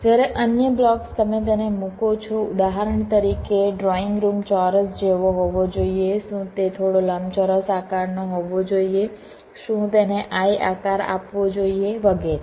જ્યારે અન્ય બ્લોક્સ તમે તેને મુકો છો ઉદાહરણ તરીકે ડ્રોઈંગરૂમ ચોરસ જેવો હોવો જોઈએ શું તે થોડો લંબચોરસ આકારનો હોવો જોઈએ શું તેને l આકાર આપવો જોઈએ વગેરે